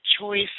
choice